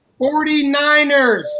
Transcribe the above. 49ers